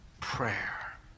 Prayer